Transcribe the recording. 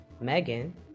Megan